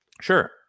Sure